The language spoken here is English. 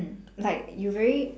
like you very